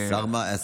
הרב מלכיאלי ומיקי,